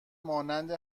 مانند